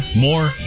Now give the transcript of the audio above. more